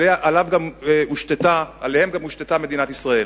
ועליהם גם הושתתה מדינת ישראל.